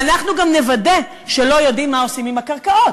ואנחנו גם נוודא שלא יודעים מה עושים עם הקרקעות,